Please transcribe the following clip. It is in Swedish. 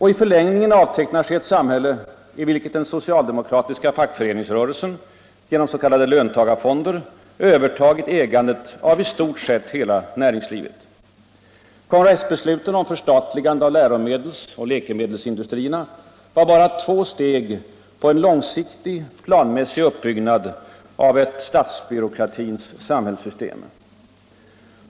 I förlängningen avtecknar sig ett samhälle, i vilket den socialdemokratiska fackföreningsrörelsen genom s.k. löntagarfonder har övertagit ägandet av i stort sett hela näringslivet. Kongressbesluten om förstatligande av läromedelsoch läkemedelsindustrierna var bara två steg på en långsiktig planmässig uppbyggnad av ett statsbyråkratins samhällssystem.